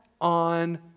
on